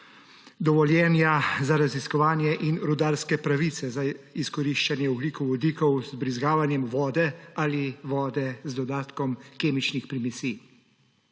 dovoljenja za raziskovanje in rudarske pravice za izkoriščanje ogljikovodikov z vbrizgavanjem vode ali vode z dodatkom kemičnih primesi.